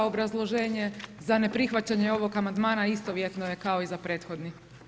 Obrazloženje za neprihvaćanje ovog amandmana istovjetno je kao i za prethodni.